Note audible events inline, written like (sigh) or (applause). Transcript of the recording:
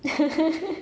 (laughs)